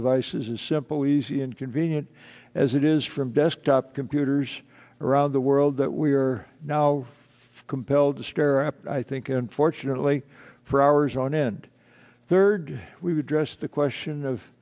and convenient as it is from desktop computers around the world that we are now compelled to stare at i think unfortunately for hours on end third we would just the question of